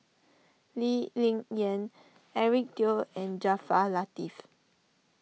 Lee Ling Yen Eric Teo and Jaafar Latiff